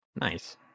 Nice